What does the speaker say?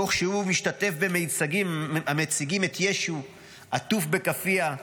תוך שהוא משתתף במצגים המציגים את ישו עטוף בכפייה,